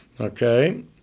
Okay